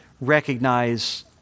recognize